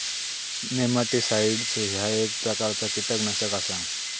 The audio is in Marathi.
नेमाटीसाईट्स ह्या एक प्रकारचा कीटकनाशक आसा